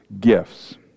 gifts